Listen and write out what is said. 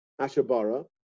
Ashabara